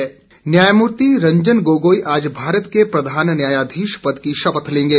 न्यायाधीश न्यायमूर्ति रंजन गोगोई आज भारत के प्रधान न्यायाधीश पद की शपथ लेंगे